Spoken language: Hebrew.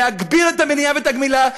להגביר את המניעה ואת הגמילה,